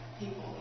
people